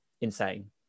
insane